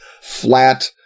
flat